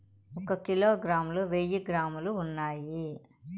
ఒక కిలోగ్రామ్ లో వెయ్యి గ్రాములు ఉన్నాయి